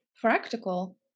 practical